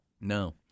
no